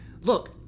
look